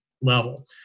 level